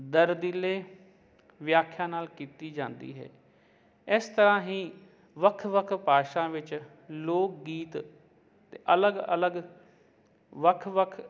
ਦਰਦੀਲੇ ਵਿਆਖਿਆ ਨਾਲ ਕੀਤੀ ਜਾਂਦੀ ਹੈ ਇਸ ਤਰ੍ਹਾਂ ਹੀ ਵੱਖ ਵੱਖ ਭਾਸ਼ਾ ਵਿੱਚ ਲੋਕ ਗੀਤ ਤੇ ਅਲੱਗ ਅਲੱਗ ਵੱਖ ਵੱਖ